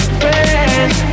friends